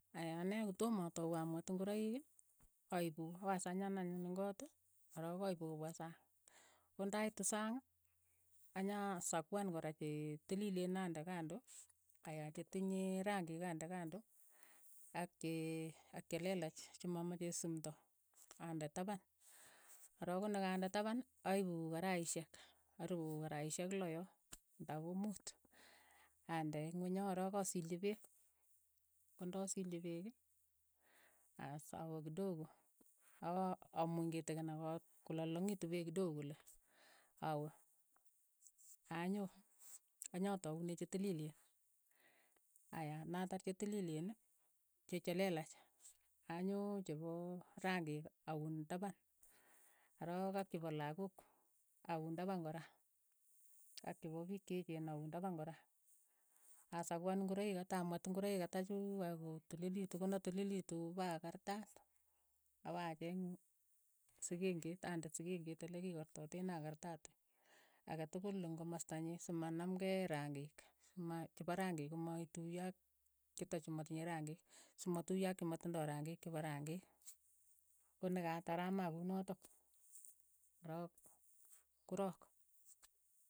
Aya ane ko tom atau amwet ingoroik, aipu, awasanyan anyun ing koot, ko rook aipu kopwa sang, ko ndaitu sang, anyasapuan kora che tilileen ande kando, aya che tinye rangiik ande kando, ak chee chelelach che mamache suumpto, ande tapan, korook ko ne kande tapan, aipu karaishek, karipu karaishek loo yo, nda ko muut, ande ingweny yo arok asilchi peek, ko nda silchi peek, as awe kidogo, a- amuny kitikin akat kolalang'itu peek kidogo kole, awe, anyoo, anya taunee chetilileen, aya natar che tiliilen, che chelelach, anyo che poo rangiik aun tapan, arok ak chepo lakok, aun tapan kora, ak chepo piik che echen aun tapan kora, asakuan ngoroik keta amwet ngoroik keta chuuk akoi kotililitu, ko na tililitu ipaakartaat, apa acheeng si keng'eet, ande si keng'eet ole ki kartateen akartaate ake tokol eng' komosta nyii si ma naam kei rangiik, ma chepo rangiik ko matuyo ak cheto chematinye rangiik, si matuyo ak che matindoi rangiik chepo rangiik, ko ne katar amaa kunotok korok, ko rook.